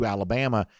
Alabama